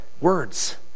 Words